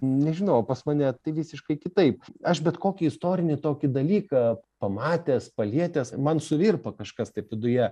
nežinau o pas mane tai visiškai kitaip aš bet kokį istorinį tokį dalyką pamatęs palietęs man suvirpa kažkas taip viduje